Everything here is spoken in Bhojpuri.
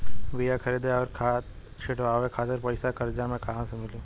बीया खरीदे आउर खाद छिटवावे खातिर पईसा कर्जा मे कहाँसे मिली?